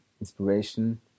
inspiration